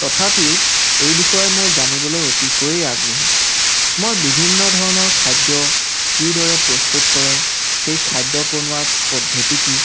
তথাপিও এই বিষয়ে মই জানিবলৈ অতিকৈ আগ্ৰহী মই বিভিন্ন ধৰণৰ খাদ্য কিদৰে প্ৰস্তুত কৰে সেই খাদ্য বনোৱাৰ পদ্ধতি কি